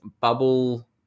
Bubble